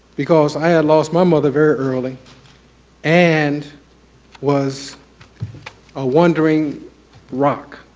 because i had lost my mother very early and was a wandering rock.